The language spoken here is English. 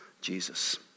Jesus